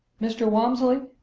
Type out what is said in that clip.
mr. walmsley,